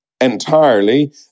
entirely